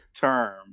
term